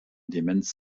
demenz